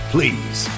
Please